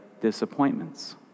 disappointments